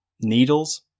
Needles